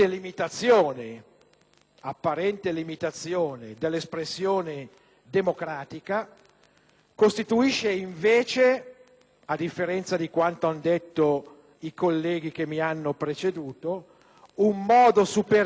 costituisce invece, a differenza di quanto hanno sostenuto i colleghi che mi hanno preceduto, un modo superiore di adempiere alla più larga e manifesta volontà popolare.